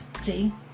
See